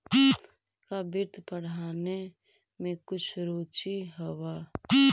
का वित्त पढ़ने में कुछ रुचि हवअ